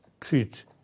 treat